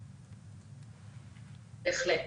בהחלט.